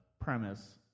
premise